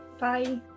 Bye